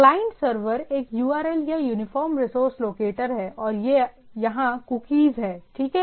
client server एक URL या uniform resource locator है और यहां कूकीज़ हैं ठीक है